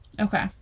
Okay